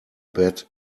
bat